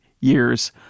years